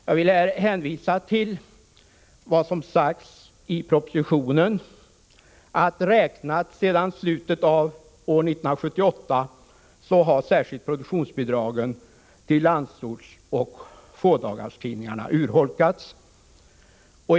Jag vill här hänvisa till vad som sägs i propositionen, att sedan slutet av 1978 har särskilt produktionsbidragen till landsortstidningar och fådagarstidningar urholkats.